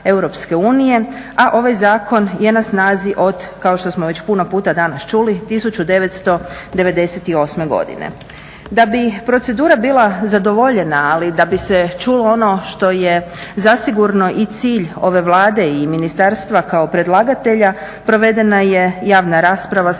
smo već puno puta danas čuli 1998. godine. Da bi procedura bila zadovoljena, ali i da bi se čulo ono što je zasigurno i cilj ove Vlade i ministarstva kao predlagatelja provedena je javna rasprava sa